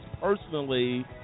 personally